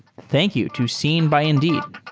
thank you to seen by indeed